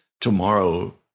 tomorrow